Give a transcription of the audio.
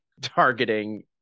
targeting